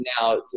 now